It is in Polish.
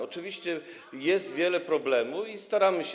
Oczywiście, jest wiele problemów i staramy się.